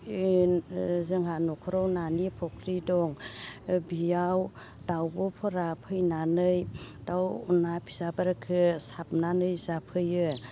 जोंहा न'खराव नानि फुख्रि दं बियाव दाउब'फोरा फैनानै दाउ ना फिसाफोरखो साबनानै जाफैयो